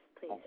please